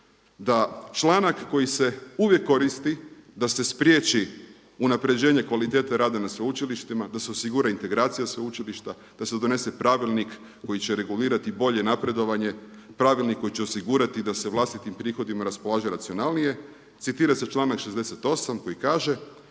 da članak koji se uvijek koristi da se spriječi unapređenje kvalitete rada na sveučilištima, da se osigura integracija sveučilišta, da se donese pravilnik koji će regulirati bolje napredovanje, pravilnik koji će osigurati da se vlastitim prihodima raspolaže racionalnije. Citira se članak 68. koji kaže: